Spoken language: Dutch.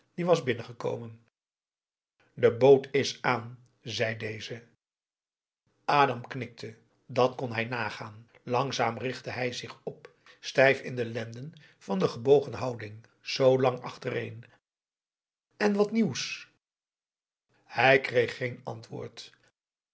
die was binnengekomen de boot is aan zei deze adam knikte dat kon hij nagaan langzaam richtte hij zich op stijf in de lenden van den gebogen houding zoolang achtereen en wat nieuws hij kreeg geen antwoord